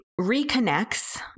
reconnects